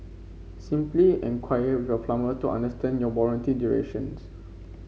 simply enquire with your plumber to understand your warranty duration